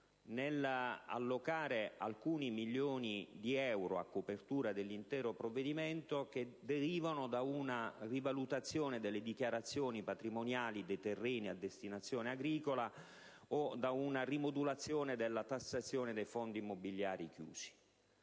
ha allocato alcuni milioni di euro a copertura dell'intero provvedimento provenienti da una rivalutazione delle dichiarazioni patrimoniali dei terreni a destinazione agricola o da una rimodulazione della tassazione dei fondi immobiliari chiusi;